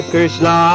Krishna